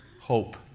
hope